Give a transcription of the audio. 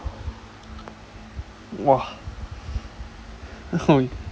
!wah! no we